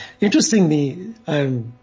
Interestingly